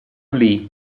lee